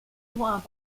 rejoints